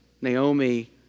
Naomi